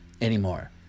anymore